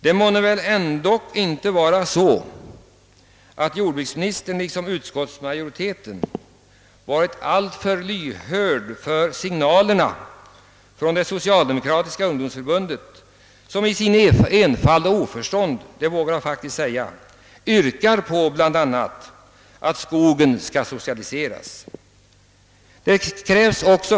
Det är väl ändå inte så att jordbruksministern och utskottsmajoriteten varit alltför lyhörda för signalerna från det socialdemokratiska ungdomsförbundet, som i sin enfald och sitt oförstånd — jag vågar faktiskt använda dessa uttryck — yrkar på att bl.a. skogen skall socialiseras.